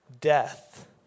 death